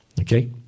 Okay